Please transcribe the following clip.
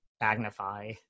magnify